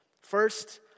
First